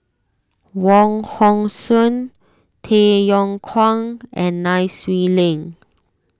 Wong Hong Suen Tay Yong Kwang and Nai Swee Leng